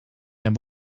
zijn